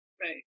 Right